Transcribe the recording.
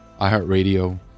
iHeartRadio